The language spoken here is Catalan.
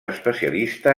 especialista